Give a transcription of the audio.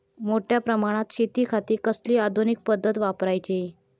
मोठ्या प्रमानात शेतिखाती कसली आधूनिक पद्धत वापराची?